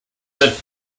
that